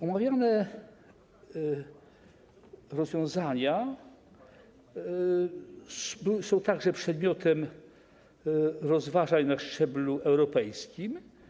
Omawiane rozwiązania są także przedmiotem rozważań na szczeblu europejskim.